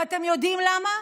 ואתם יודעים למה?